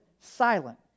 silent